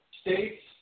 states